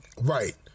Right